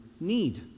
need